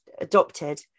adopted